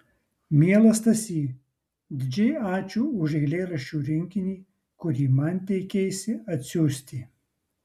mielas stasy didžiai ačiū už eilėraščių rinkinį kurį man teikeisi atsiųsti